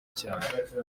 cyane